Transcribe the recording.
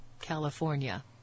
California